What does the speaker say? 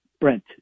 Brent